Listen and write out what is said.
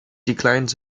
declined